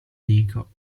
dico